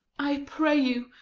i pray you,